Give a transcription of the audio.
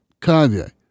Kanye